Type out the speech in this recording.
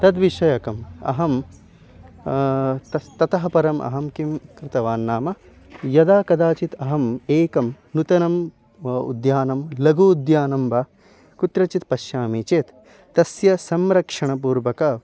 तद्विषयकम् अहं तस्य ततः परं अहं किं कृतवान् नाम यदा कादाचित् अहम् एकं नूतनं उद्यानं लघु उद्यानं वा कुत्रचित् पश्यामि चेत् तस्य संरक्षणपूर्वकं